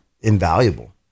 invaluable